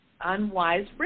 unwise